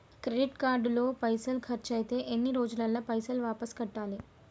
Credit card లో పైసల్ ఖర్చయితే ఎన్ని రోజులల్ల పైసల్ వాపస్ కట్టాలే?